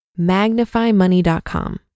magnifymoney.com